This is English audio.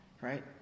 right